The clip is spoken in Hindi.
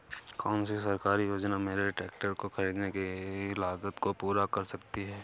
कौन सी सरकारी योजना मेरे ट्रैक्टर को ख़रीदने की लागत को पूरा कर सकती है?